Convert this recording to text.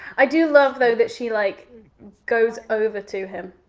i do love though that she like goes over to him.